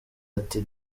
ati